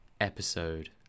episode